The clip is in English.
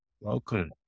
Welcome